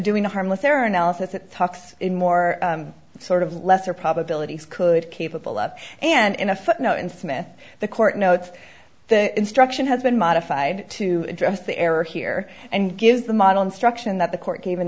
doing a harmless error analysis it talks in more sort of lesser probabilities could capable of and in a footnote in smith the court notes the instruction has been modified to address the error here and gives the model instruction that the court gave in